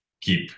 keep